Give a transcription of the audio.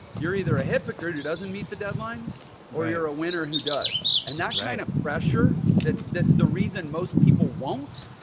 you're either a hypocrite. it doesn't meet the deadline or you're a winner who does, and that kind of pressure. that's that's the reason. most people won't,